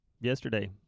yesterday